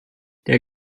der